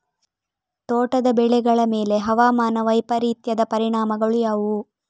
ತೋಟದ ಬೆಳೆಗಳ ಮೇಲೆ ಹವಾಮಾನ ವೈಪರೀತ್ಯದ ಪರಿಣಾಮಗಳು ಯಾವುವು?